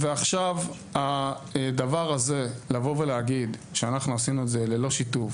עכשיו הדבר הזה לבוא ולהגיד שאנחנו עשינו את זה ללא שיתוף